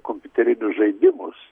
kompiuterinius žaidimus